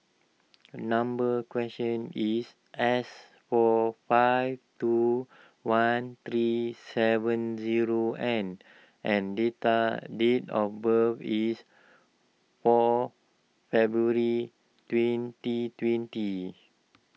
number question is S four five two one three seven zero N and date day of birth is four February twenty tenty